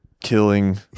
killing